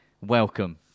Welcome